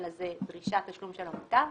אלא זה דרישת תשלום של עמותה,